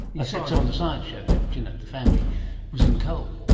like said so on the science show, that you know the family was in coal.